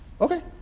Okay